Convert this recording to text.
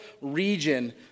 region